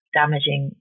damaging